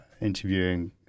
interviewing